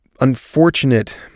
unfortunate